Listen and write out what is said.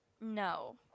No